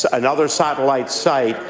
so another satellite site,